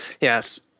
Yes